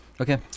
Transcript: Okay